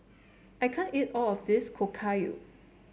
I can't eat all of this Okayu